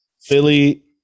Philly